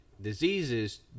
diseases